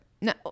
No